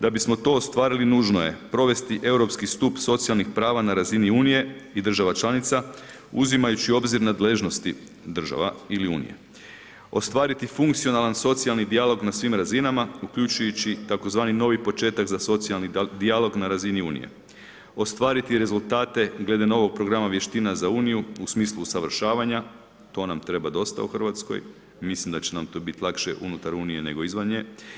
Da bismo to ostvarili nužno provesti europski stup socijalnih prava na razini Unije i država članica uzimajući u obzir nadležnosti država ili Unije, ostvariti funkcionalan socijalni dijalog na svim razinama uključujući tzv. novi početak za socijalni dijalog na razini Unije, ostvariti rezultate glede novog programa vještina za Uniju u smislu usavršavanja, to nam treba dosta u Hrvatskoj i mislim da će nam to biti lakše unutar Unije nego izvan nje.